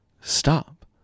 Stop